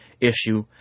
issue